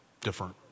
different